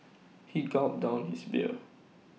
he gulped down his beer